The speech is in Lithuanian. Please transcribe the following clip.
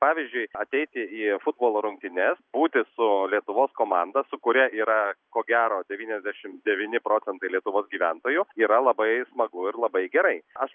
pavyzdžiui ateiti į futbolo rungtynes būti su lietuvos komanda su kuria yra ko gero devyniasdešimt devyni procentai lietuvos gyventojų yra labai smagu ir labai gerai aš